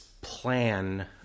plan